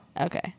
Okay